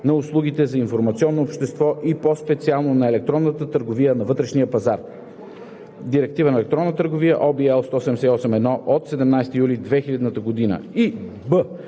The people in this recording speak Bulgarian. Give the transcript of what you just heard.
на услугите на информационното общество, и по-специално на електронната търговия на вътрешния пазар (Директива за електронната търговия) (OB, L 178/1 от 17 юли 2000 г.),